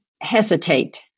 hesitate